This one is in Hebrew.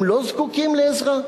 הם לא זקוקים לעזרה?